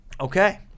Okay